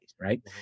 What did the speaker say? right